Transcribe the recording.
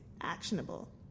actionable